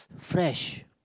fresh